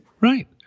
Right